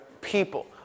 people